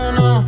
no